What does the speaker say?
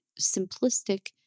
simplistic